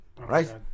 right